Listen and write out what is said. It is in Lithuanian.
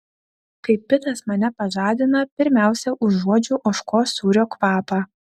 kai pitas mane pažadina pirmiausia užuodžiu ožkos sūrio kvapą